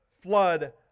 flood